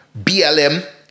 BLM